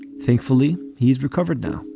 thankfully, he's recovered now.